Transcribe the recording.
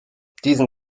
diesen